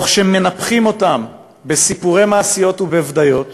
שמנפחים אותם בסיפורי מעשיות ובבדיות,